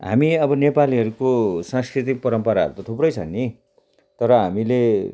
हामी अब नेपालीहरूको सांस्कृतिक परम्पराहरू त थुप्रै छ नि तर हामीले